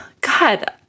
God